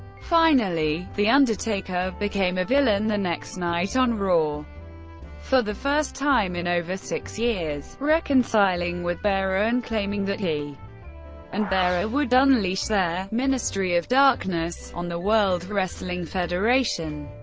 finally, the undertaker became a villain the next night on raw for the first time in over six years, reconciling with bearer and claiming that he and bearer would unleash their ministry of darkness on the world wrestling federation.